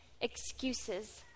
excuses